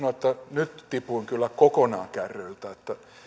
nyt tipuin kyllä kokonaan kärryiltä